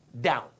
down